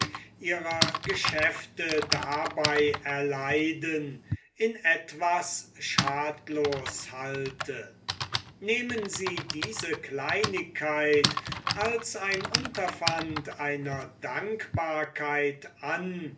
ihrer geschäfte dabei erleiden in etwas schadlos halte nehmen sie diese kleinigkeit als ein unterpfand einer dankbarkeit an